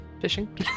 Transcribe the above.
Fishing